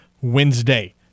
Wednesday